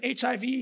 HIV